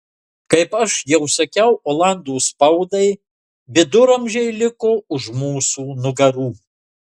kaip aš jau sakiau olandų spaudai viduramžiai liko už mūsų nugarų